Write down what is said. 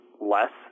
less